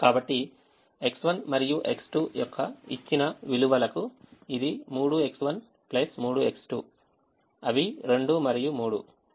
కాబట్టి X1 మరియు X2 యొక్క ఇచ్చిన విలువలకు ఇది 3X1 3X2 అవి 2 మరియు 3